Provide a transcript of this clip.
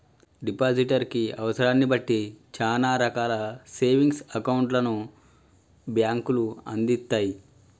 depositor కి అవసరాన్ని బట్టి చానా రకాల సేవింగ్స్ అకౌంట్లను బ్యేంకులు అందిత్తయ్